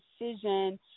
decision